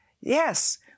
Yes